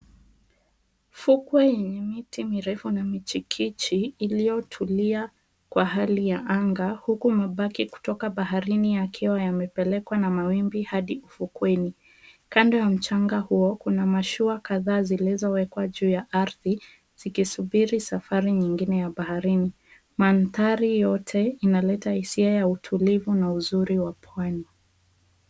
Fukwe yenye miti mirefu na michikichi iliyotulia kwa hali ya anga huku mabaki kutoka baharini yakiwa yamepelekwa na mawimbi hadi ufukueni. Kando ya mchanga huo kuna mashua kadhaa zilizowekwa juu ya ardhi zikisubiri safari nyingine ya baharini. Mandhari yote inaleta hisia ya utulivu na uzuri wa Pwani.